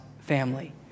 family